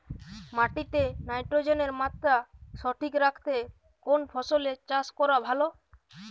মাটিতে নাইট্রোজেনের মাত্রা সঠিক রাখতে কোন ফসলের চাষ করা ভালো?